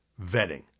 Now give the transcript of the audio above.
vetting